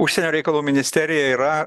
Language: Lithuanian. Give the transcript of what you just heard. užsienio reikalų ministerija yra